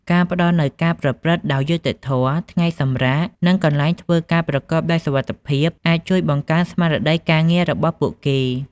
ការផ្តល់នូវការប្រព្រឹត្តដោយយុត្តិធម៌ ថ្ងៃសម្រាក និងកន្លែងធ្វើការប្រកបដោយសុវត្ថិភាពអាចជួយបង្កើនស្មារតីការងាររបស់ពួកគេ។